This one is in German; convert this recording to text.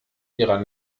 ihrer